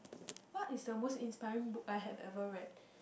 what is the most inspired book I have ever read